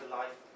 life